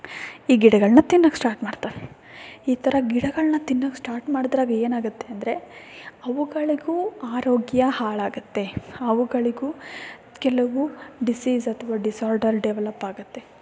ಈ ಗಿಡಗಳನ್ನ ತಿನ್ನಕ್ಕೆ ಸ್ಟಾರ್ಟ್ ಮಾಡ್ತಾವೆ ಈ ಥರ ಗಿಡಗಳನ್ನ ತಿನ್ನಕ್ಕೆ ಸ್ಟಾರ್ಟ್ ಮಾಡ್ದಾಗ ಏನಾಗುತ್ತೆ ಅಂದರೆ ಅವುಗಳಿಗೂ ಆರೋಗ್ಯ ಹಾಳಾಗುತ್ತೆ ಅವುಗಳಿಗೂ ಕೆಲವು ಡಿಸೀಸ್ ಅಥವಾ ಡಿಸಾರ್ಡರ್ ಡೆವಲಪ್ಪಾಗುತ್ತೆ